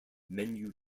menu